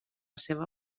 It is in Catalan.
seva